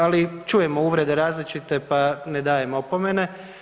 Ali čujemo uvrede različite pa ne dajem opomene.